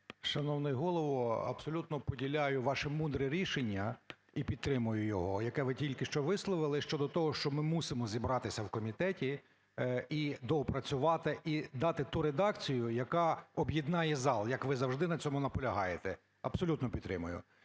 Шановний Голово, абсолютно поділяю ваше мудре рішення і підтримую його, яке ви тільки що висловили щодо того, що ми мусимо зібратися в комітеті і доопрацювати, і дати ту редакцію, яка об'єднає зал, як ви завжди на цьому наполягаєте. Абсолютно підтримую.